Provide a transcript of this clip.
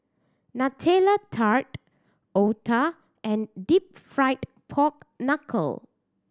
Nutella Tart otah and Deep Fried Pork Knuckle